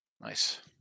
Nice